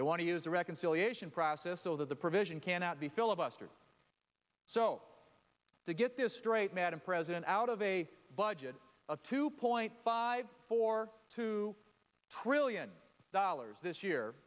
the reconciliation process so that the provision cannot be filibustered so to get this straight madam president out of a budget of two point five four two trillion dollars this year